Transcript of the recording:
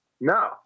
No